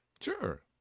sure